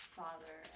father